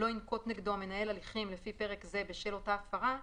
לא ינקוט נגדו המנהל הליכים לפי פרק זה בשל אותה הפרה,